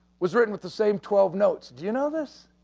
was written with the same twelve notes. do you know this?